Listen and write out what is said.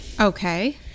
okay